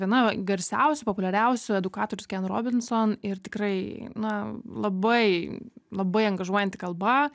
viena garsiausių populiariausių edukatorius ken robinson ir tikrai na labai labai angažuojanti kalba